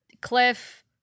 Cliff